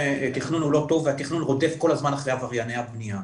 התכנון הוא לא טוב והתכנון רודף אחרי עברייני הבנייה,